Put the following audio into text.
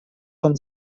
von